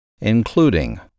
including